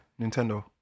Nintendo